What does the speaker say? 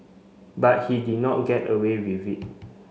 but he did not get away with it